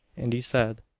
and he said,